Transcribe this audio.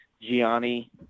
gianni